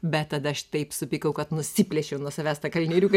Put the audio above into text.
bet tada aš taip supykau kad nusiplėšiau nuo savęs tą kalnieriuką